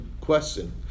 question